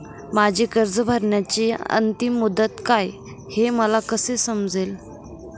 माझी कर्ज भरण्याची अंतिम मुदत काय, हे मला कसे समजेल?